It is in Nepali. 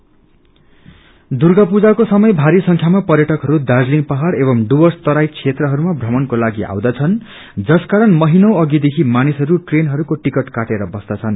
पूजा ट्राभेर्लस दुर्गा पूजाको समय भारी संख्यामा पर्यटकहरू दार्जीलिङ पहाड़ एवं डुर्वस तराई क्षेत्रहरूमा भ्रमणको लागि आउँदछन् जसकारण महिनौ अधिदेखि मानिसहरू ट्रेनहरूको टिकट काटेर बस्दछन्